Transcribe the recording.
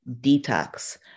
detox